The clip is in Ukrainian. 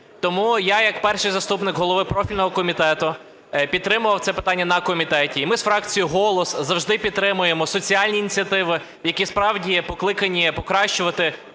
Тому я як перший заступник голови профільного комітету підтримував це питання на комітеті. І ми з фракцією "Голос" завжди підтримуємо соціальні ініціативи, які, справді, покликані покращувати